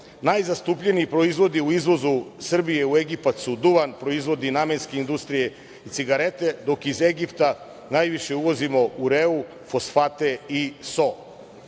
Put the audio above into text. Najzastupljeniji proizvodi u izvozu Srbije u Egipat su duvan, proizvodi namenske industrije, cigarete, dok iz Egipta najviše uvozio ureu, fosfate i